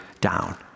down